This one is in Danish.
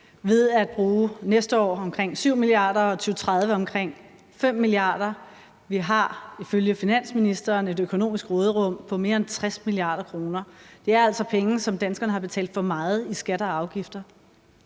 ved at bruge omkring 7 mia. kr. næste år og omkring 5 mia. kr. i 2030. Vi har ifølge finansministeren et økonomisk råderum på mere end 60 mia. kr. Det er altså penge, som danskerne har betalt for meget i skatter og afgifter,